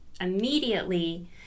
immediately